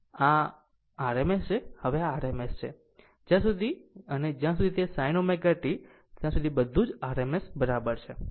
બધું RMS છે આ હવે RMS છે જ્યાં સુધી અને જ્યાં સુધી તે sin ω t ત્યાં સુધી બધું જ RMS બરાબર છે